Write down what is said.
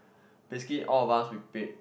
basically all of us we paid